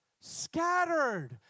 Scattered